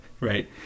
Right